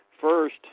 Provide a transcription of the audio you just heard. First